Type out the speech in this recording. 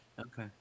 Okay